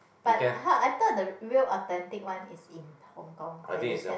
but !huh! I thought the real authentic one is in Hong-Kong where they just